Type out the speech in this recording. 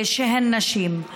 הנשים.